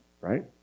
Right